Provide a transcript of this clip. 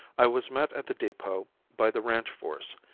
i was met at the depot by the ranch force,